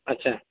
ଆଚ୍ଛା